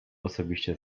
osobiście